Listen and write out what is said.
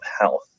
health